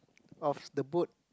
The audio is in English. of the boat